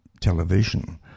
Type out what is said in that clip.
television